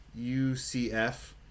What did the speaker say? UCF